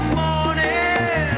morning